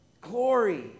Glory